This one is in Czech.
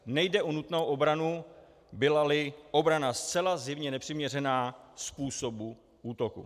Nejde o nutnou obranu, bylali obrana zcela zjevně nepřiměřená způsobu útoku.